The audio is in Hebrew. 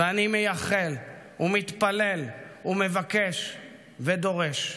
ואני מייחל, מתפלל, מבקש ודורש,